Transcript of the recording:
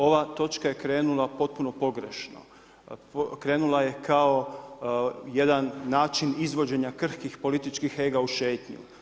Ova točka je krenula potpuno pogrešno, krenula je kao jedan način izvođenja krhkih političkih ega u šetnju.